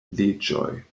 leĝoj